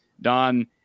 Don